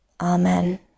Amen